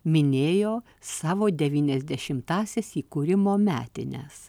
minėjo savo devyniasdešimtąsias įkūrimo metines